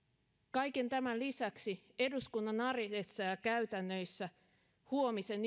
kaiken tämän lisäksi eduskunnan arjessa ja käytännöissä huomisen